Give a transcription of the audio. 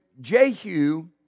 Jehu